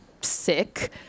sick